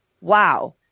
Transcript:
wow